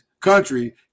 country